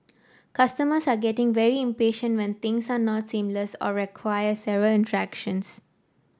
customers are getting very impatient when things are not seamless or require several interactions